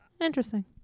Interesting